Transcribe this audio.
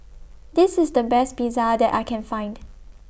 This IS The Best Pizza that I Can Find